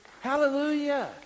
Hallelujah